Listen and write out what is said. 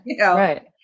Right